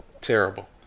terrible